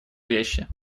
вещи